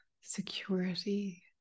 security